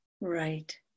Right